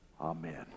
amen